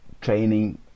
training